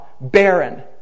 barren